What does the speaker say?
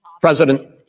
President